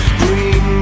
bring